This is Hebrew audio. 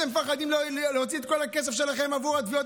אתם מפחדים להוציא את כל הכסף שלכם עבור התביעות